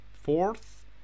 fourth